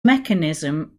mechanism